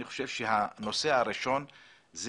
אני חושב שהנושא הראשון הוא